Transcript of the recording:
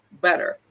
better